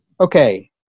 Okay